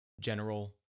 general